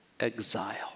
Exile